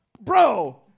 Bro